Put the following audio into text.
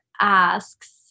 asks